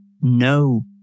no